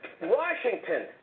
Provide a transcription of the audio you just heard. Washington